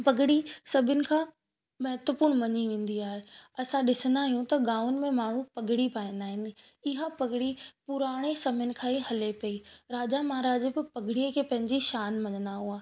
पगड़ी सभिनि खां पगड़ी सभिनि खां महत्वपूर्ण मञी वेंदी आहे असां ॾिसंदा आहियूं त गांवनि में माण्हू पगड़ी पाईंदा आहिनि इहा पगड़ी पुराणे समय खां ई हले पई राजा महाराजा बि पगड़ीअ खे पंहिंजी शान मञंदा हुआ